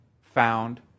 found